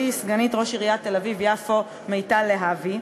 סגנית ראש עיריית תל-אביב-יפו מיטל להבי,